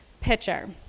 pitcher